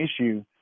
issue